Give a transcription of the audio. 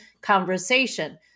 conversation